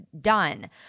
done